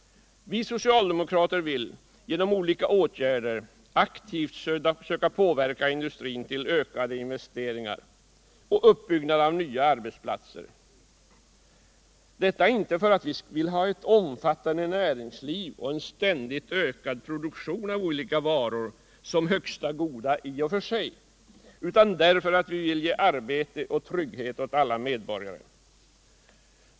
Vi socialdemokrater vill genom olika åtgärder aktivt söka påverka industrin till ökade investeringar och uppbyggnad av nya arbetsplatser, inte därför att vi vill ha ett omfattande näringsliv och en ständigt ökad produktion av olika varor som högsta goda i och för sig, utan därför att vi vill ge arbete och trygghet åt alla medborgare.